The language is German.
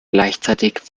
gleichzeitig